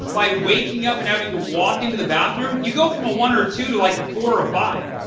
by waking up and having to walk into the bathroom, you go from a one or two to like a four or five.